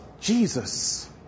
Jesus